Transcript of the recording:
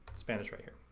spanish right here.